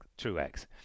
Truex